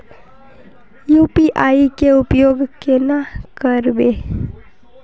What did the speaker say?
UPI के उपयोग केना करबे?